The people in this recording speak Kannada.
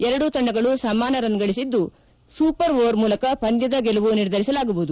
ಎರಡೂ ತಂಡಗಳು ಸಮಾನ ರನ್ ಗಳಿಸಿದ್ದು ಸೂಪರ್ ಓವರ್ ಮೂಲಕ ಪಂದ್ವದ ಗೆಲುವು ನಿರ್ಧರಿಸಲಾಗುವುದು